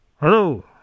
Hello